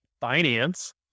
finance